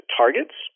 targets